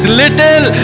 little